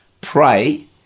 pray